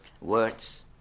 Words